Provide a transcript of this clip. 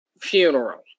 funeral